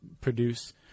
produce